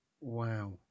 Wow